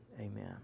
amen